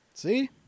See